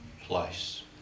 place